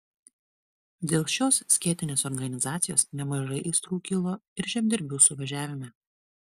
dėl šios skėtinės organizacijos nemažai aistrų kilo ir žemdirbių suvažiavime